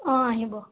অঁ আহিব